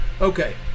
okay